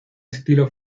estilo